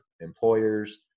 employers